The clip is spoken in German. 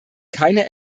keine